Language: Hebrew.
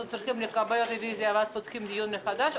אנחנו צריכים לקבל את הרוויזיה ואז פותחים דיון מחדש,